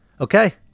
Okay